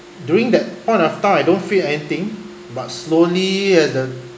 during that point of time I don't feel anything but slowly as the